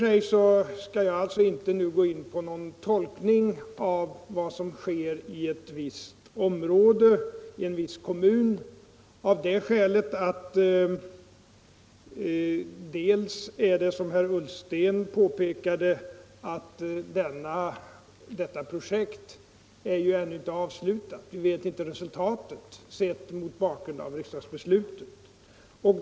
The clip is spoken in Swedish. Jag skall nu inte gå in på någon tolkning av vad som sker i ett visst område, i en viss kommun. Som herr Ullsten påpekade är nämligen detta projekt ännu inte avslutat, och vi känner inte till resultatet mot bakgrund av riksdagsbeslutet.